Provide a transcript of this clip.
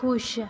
ਖੁਸ਼